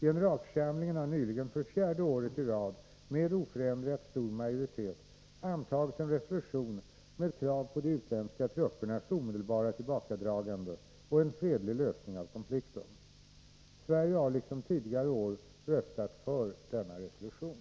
Generalförsamlingen har nyligen för fjärde året i rad med oförändrat stor majoritet antagit en resolution med krav på de utländska truppernas omedelbara tillbakadragande och en fredlig lösning av konflikten. Sverige har liksom tidigare år röstat för denna resolution.